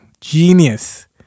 genius